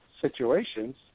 situations